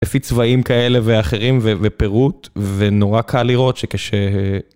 לפי צבעים כאלה ואחרים, ופירוט, ונורא קל לראות שכש...